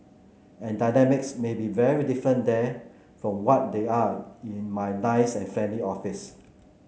and dynamics may be very different there from what they are in my nice and friendly office